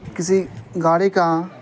کسی گاڑی کا